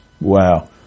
Wow